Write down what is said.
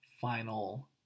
final